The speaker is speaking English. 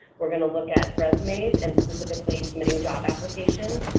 we're going to look at resumes and specifically submitting job applications,